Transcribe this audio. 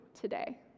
today